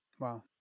wow